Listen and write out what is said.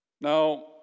Now